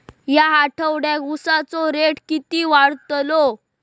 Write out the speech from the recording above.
या आठवड्याक उसाचो रेट किती वाढतलो?